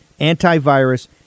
antivirus